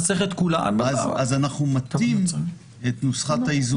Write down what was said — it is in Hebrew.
אז אנחנו מטים את נוסחת האיזון.